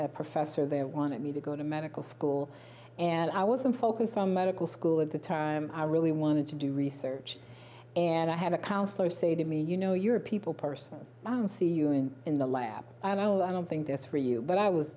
a professor there wanted me to go to medical school and i wasn't focused on medical school at the time i really wanted to do research and i had a counsellor say to me you know you're a people person i don't see you in in the lab i don't know i don't think that's for you but i was